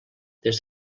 des